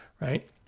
right